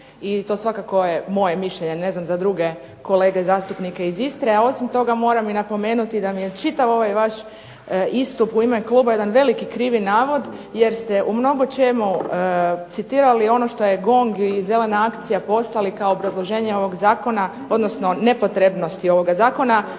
i to svakako je moje mišljenje, ne znam za druge kolege zastupnike iz Istre, a osim toga moram i napomenuti da mi je čitav ovaj vaš istup u ime kluba jedan veliki krivi navod jer ste u mnogo čemu citirali ono što je GONG i zelena akcija poslali kao obrazloženje ovog zakona, odnosno nepotrebnosti ovog zakona